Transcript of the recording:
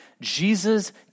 Jesus